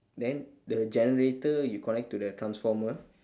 then the generator you connect to the transformer